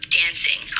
dancing